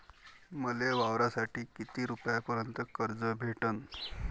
मले वावरासाठी किती रुपयापर्यंत कर्ज भेटन?